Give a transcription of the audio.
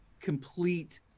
complete